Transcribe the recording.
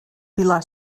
pilar